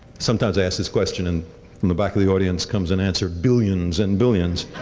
sometimes i ask this question and from the back of the audience comes an answer, billions and billions.